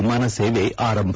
ವಿಮಾನ ಸೇವೆ ಆರಂಭ